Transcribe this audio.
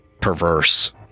perverse